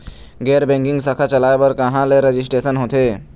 गैर बैंकिंग शाखा चलाए बर कहां ले रजिस्ट्रेशन होथे?